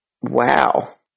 Wow